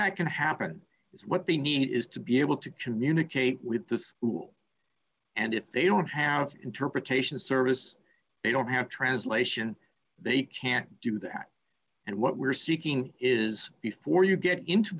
that can happen is what they need is to be able to communicate with the school and if they don't have interpretation service they don't have translation they can't do that and what we're seeking is before you get into